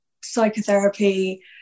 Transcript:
psychotherapy